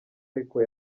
ariko